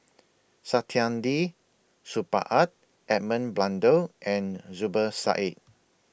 Saktiandi Supaat and Edmund Blundell and Zubir Said